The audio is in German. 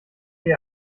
weit